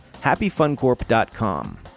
HappyFunCorp.com